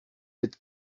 êtes